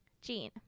gene